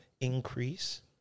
increase